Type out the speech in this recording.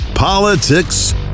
Politics